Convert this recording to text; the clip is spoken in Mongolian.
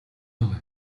байгаа